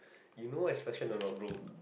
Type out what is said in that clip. you know what is fashion or not bro